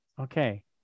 Okay